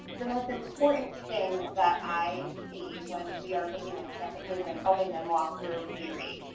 the most important thing that i see when we are looking at campuses and helping them walk through clery,